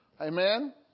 Amen